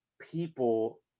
people